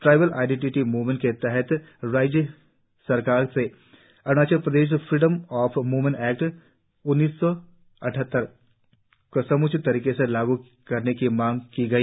tribal identity movement के तहत राज्य सरकार से Arunachal Pradesh freedom of movement act उन्नीस सौ अद्वहत्तर को समुचित तरीके से लागू करने की मांग की गई